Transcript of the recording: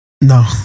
No